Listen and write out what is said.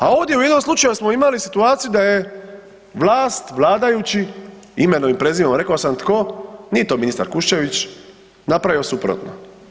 A ovdje u jednom slučaju smo imali situaciju da je vlast, vladajući, imenom i prezimenom rekao sam tko, nije to ministar Kuščević, napravio je suprotno.